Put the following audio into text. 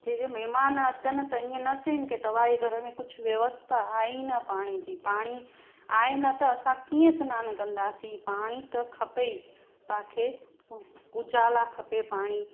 छो जो महिमान अचन त इहो न चवनि कि तव्हांजे घर में कुझ व्यवस्था आहे ई न पाणी जी पाणी आहे न त असां कीअं सनानु कंदासीं पाणी त खपे ई पांखे पूजा लाइ खपे पाणी